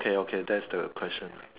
K okay that's the question